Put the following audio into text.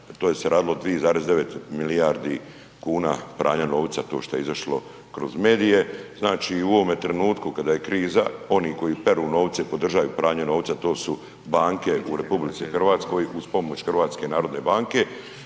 to je se radilo 2,9 milijardi kuna pranja novca, to što je izašlo kroz medije, znači u ovome trenutku kada je kriza oni koji peru novce i podržaju pranje novca to su banke u RH uz pomoć HNB-a. Smatram već